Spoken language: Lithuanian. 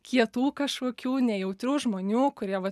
kietų kažkokių nejautrių žmonių kurie va